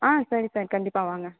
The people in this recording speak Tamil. ஆ சரி சார் கண்டிப்பாக வாங்க